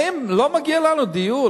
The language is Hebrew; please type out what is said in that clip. האם לא מגיע לנו דיור?